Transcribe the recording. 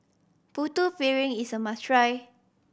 Putu Piring is a must try